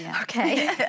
Okay